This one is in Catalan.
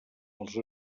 els